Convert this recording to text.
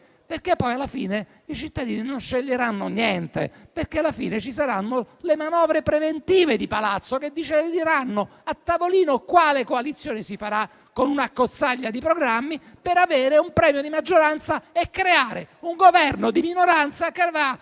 cittadini. Alla fine, i cittadini non sceglieranno niente, perché ci saranno le manovre preventive di palazzo, che stabiliranno a tavolino quale coalizione si farà, con un'accozzaglia di programmi, per avere un premio di maggioranza e creare un governo di minoranza che avrà